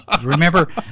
remember